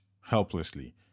helplessly